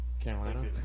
Carolina